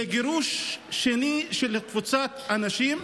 זה גירוש שני של קבוצת אנשים: